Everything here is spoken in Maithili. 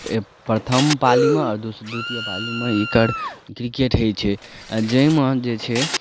प्रथम पालीमे आओर दो द्वितिये पालीमे एकर क्रिकेट होइ छै जाहिमे जे छै